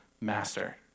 master